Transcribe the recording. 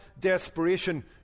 desperation